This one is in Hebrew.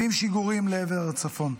70 שיגורים לעבר הצפון.